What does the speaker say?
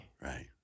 right